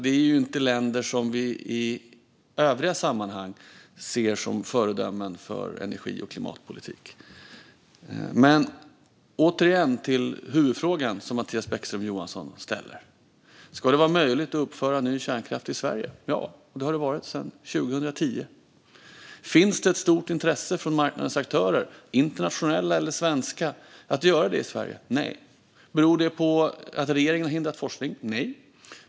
Det är inte länder som vi i övriga sammanhang ser som föredömen i energi och klimatpolitiken. Men återigen till huvudfrågan som Mattias Bäckström Johansson ställer: Ska det vara möjligt att uppföra ny kärnkraft i Sverige? Ja. Det har det varit sedan 2010. Finns det ett stort intresse från marknadens aktörer, internationella eller svenska, att göra det i Sverige? Nej. Beror det på att regeringen har hindrat forskning? Nej.